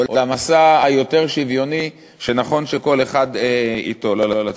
או למשא היותר-שוויוני שנכון שכל אחד ייטול על עצמו.